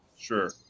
Sure